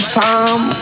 time